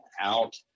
out